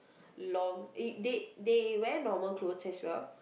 long eh they they wear normal clothes as well